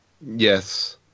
yes